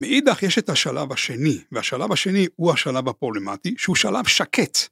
מאידך יש את השלב השני והשלב השני הוא השלב הפרובלמטי שהוא שלב שקט.